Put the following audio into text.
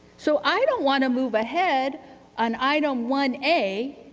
so, i don't want to move ahead on item one a